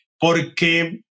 porque